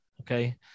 Okay